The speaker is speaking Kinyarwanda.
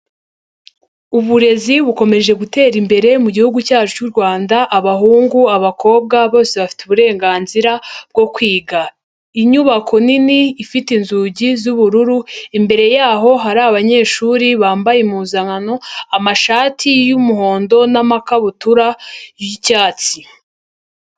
Uburezi bukomeje gutera imbere mu gihugu cyacu cy'u Rwanda, abahungu, abakobwa bose bafite uburenganzira bwo kwiga. Inyubako nini, ifite inzugi z'ubururu, imbere yaho hari abanyeshuri bambaye impuzankano, amashati y'umuhondo n'amakabutura y'icyatsi.